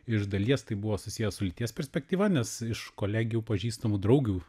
iš dalies tai buvo susiję su lyties perspektyva nes iš kolegių pažįstamų draugių